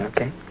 Okay